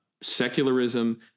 secularism